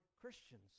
Christians